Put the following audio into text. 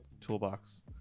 toolbox